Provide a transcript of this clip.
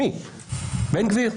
בן גביר?